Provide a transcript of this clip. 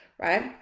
Right